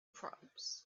proms